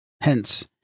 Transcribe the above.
Hence